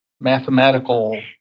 mathematical